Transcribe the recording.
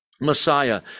Messiah